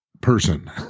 person